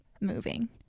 moving